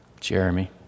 Jeremy